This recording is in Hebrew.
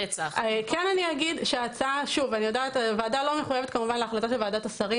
הוועדה כמובן לא מחויבת להחלטת ועדת השרים